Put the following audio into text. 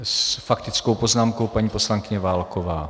S faktickou poznámkou paní poslankyně Válková.